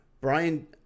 Brian